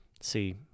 See